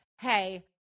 hey